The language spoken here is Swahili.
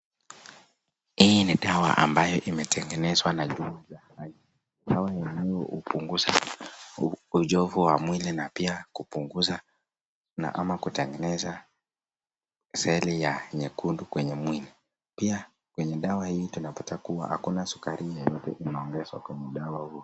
Hii ni dawa ambayo imetengezwa na....dawa yenyewe upunguza uchovu wa mwili na pia kupunguza ama kutengeneza sheli ya nyekundu kwenye mwili, pia kwenye dawa hii tunapata kuwa hakuna sukari yenye unaongeza kwenye dawa huu.